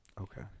Okay